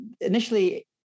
initially